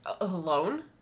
Alone